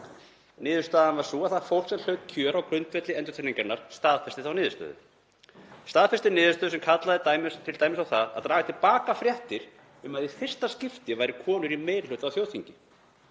Niðurstaðan var sú að það fólk sem hlaut kjör á grundvelli endurtekningarinnar staðfesti þá niðurstöðu, staðfesti niðurstöðu sem kallaði t.d. á það að draga til baka fréttir um að í fyrsta skipti væru konur í meiri hluta á þjóðþingi.